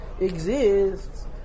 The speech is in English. exists